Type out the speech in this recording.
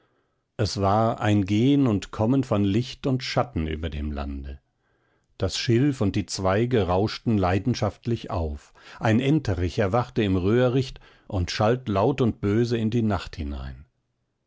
es war ein gehen und kommen von licht und schatten über dem lande das schilf und die zweige rauschten leidenschaftlich auf ein enterich erwachte im röhricht und schalt laut und böse in die nacht hinein